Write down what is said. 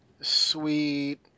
Sweet